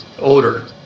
odor